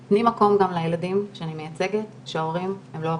אבל תני מקום גם לילדים שאני מייצגת שההורים הם לא עבורם,